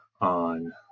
on